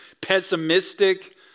pessimistic